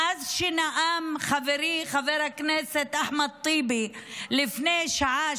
מאז שנאם חברי חבר הכנסת אחמד טיבי לפני שעה,